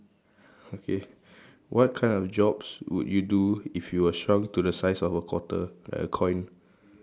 okay what kind of jobs would you do if you were shrunk to the size of a quarter like a coin